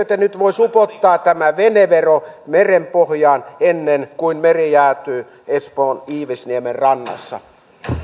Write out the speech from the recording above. te nyt voisi upottaa tämän veneveron merenpohjaan ennen kuin meri jäätyy espoon iivisniemen rannassa